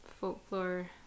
folklore